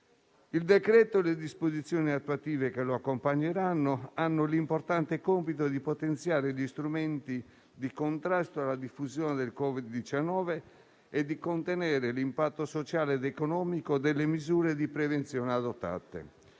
Il decreto-legge e le disposizioni attuative che lo accompagneranno hanno l'importante compito di potenziare gli strumenti di contrasto alla diffusione del Covid-19 e di contenere l'impatto sociale ed economico delle misure di prevenzione adottate.